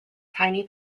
tiny